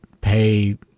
pay